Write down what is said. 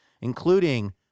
including